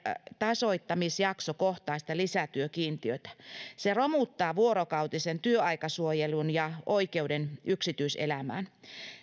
tasoittamisjaksokohtaista lisätyökiintiötä se romuttaa vuorokautisen työaikasuojelun ja oikeuden yksityiselämään